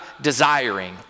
desiring